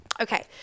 Okay